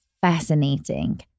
fascinating